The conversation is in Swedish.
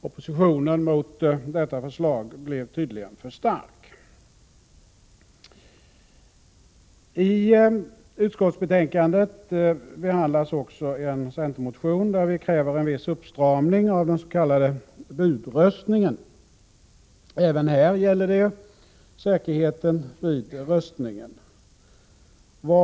Oppositionen mot detta förslag blev tydligen för stark. I utskottsbetänkandet behandlas också en centermotion där vi kräver en viss uppstramning av den s.k. budröstningen. Även här gäller det säkerheten vid röstningen.